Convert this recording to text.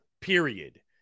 Period